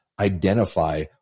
identify